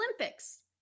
Olympics